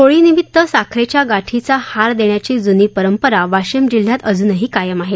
होळी निमित्त साखरेच्या गाठीचा हार देण्याची जूनी परंपरा वाशिम जिल्ह्यात अजूनही कायम आहे